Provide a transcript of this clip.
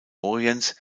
orients